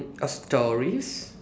a stories